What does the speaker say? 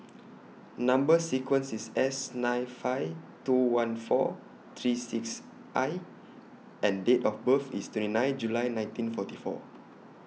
Number sequence IS S nine five two one four three six I and Date of birth IS twenty nine July nineteen forty four